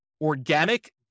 organic